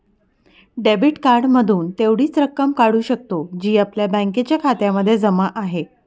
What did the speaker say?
debit card मधून तेवढीच रक्कम काढू शकतो, जी आपल्या बँकेच्या खात्यामध्ये जमा आहे